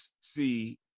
see